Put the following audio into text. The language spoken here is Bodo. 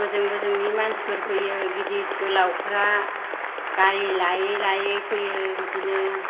बोजों बोजोंनि मानसिफोर फैयो गिदिर गोलावफ्रा गारि लायै लायै फैयो बिदिनो